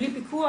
בלי פיקוח,